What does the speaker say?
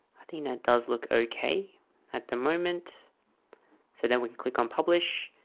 i think that does look okay at the moment so then we can click on publish.